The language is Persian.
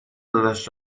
داداش